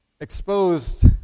exposed